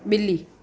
ॿिली